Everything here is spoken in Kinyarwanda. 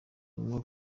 ngombwa